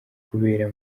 kubera